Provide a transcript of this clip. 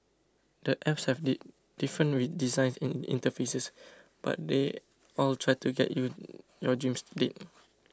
the apps have different designs in interfaces but they all try to get you your dream date